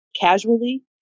casually